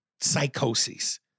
psychosis